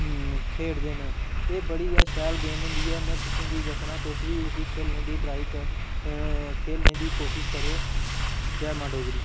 खेढ़दे न एह बड़ी गै शैल गेम होंदी ऐ में तुसें गी दस्सना तुस बी इसी खेढने दी ट्राई कर खेढने दी कोशिश करेओ जै मां डोगरी